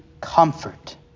comfort